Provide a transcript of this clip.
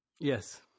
Yes